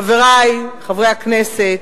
חברי חברי הכנסת,